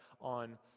on